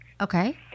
Okay